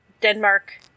Denmark